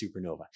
supernova